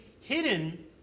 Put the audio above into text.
hidden